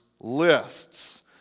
lists